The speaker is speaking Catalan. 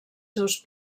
seus